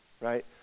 right